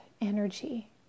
energy